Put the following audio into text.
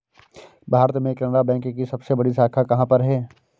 भारत में केनरा बैंक की सबसे बड़ी शाखा कहाँ पर है?